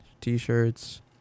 t-shirts